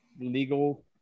legal